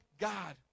God